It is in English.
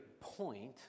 point